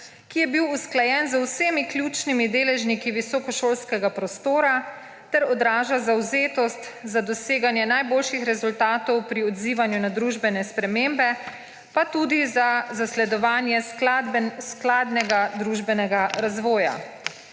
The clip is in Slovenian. ki je bil usklajen z vsemi ključnimi deležniki visokošolskega prostora ter odraža zavzetost za doseganje najboljših rezultatov pri odzivanju na družbene spremembe, pa tudi za zasledovanje skladnega družbenega razvoja.